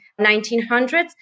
1900s